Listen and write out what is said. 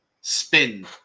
spin